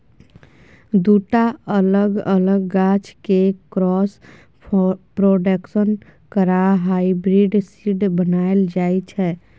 दु टा अलग अलग गाछ केँ क्रॉस प्रोडक्शन करा हाइब्रिड सीड बनाएल जाइ छै